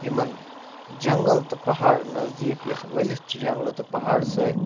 یِمن جَنٛگل تہٕ پہاڑ نزدیٖک یَتھ ؤلِتھ چھِ جَنٛگلہٕ تہٕ پہاڑ سۭتۍ